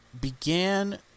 began